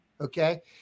okay